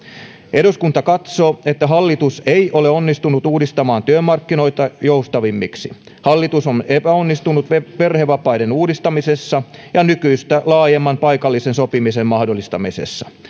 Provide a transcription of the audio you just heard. eduskunta katsoo että hallitus ei ole onnistunut uudistamaan työmarkkinoita joustavammiksi hallitus on epäonnistunut perhevapaiden uudistamisessa ja nykyistä laajemman paikallisen sopimisen mahdollistamisessa